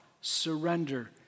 surrender